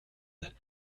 and